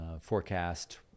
forecast